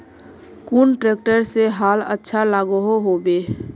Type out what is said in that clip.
कुन ट्रैक्टर से हाल अच्छा लागोहो होबे?